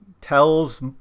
tells